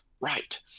Right